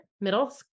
middle